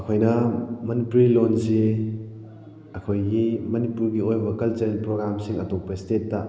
ꯑꯩꯈꯣꯏꯅ ꯃꯅꯤꯄꯨꯔꯤ ꯂꯣꯟꯁꯤ ꯑꯩꯈꯣꯏꯒꯤ ꯃꯅꯤꯄꯨꯔꯒꯤ ꯑꯣꯏꯕ ꯀꯜꯆꯔꯦꯜ ꯄ꯭ꯔꯣꯒ꯭ꯔꯥꯝꯁꯤꯡ ꯑꯇꯣꯞꯄ ꯏꯁꯇꯦꯠꯇ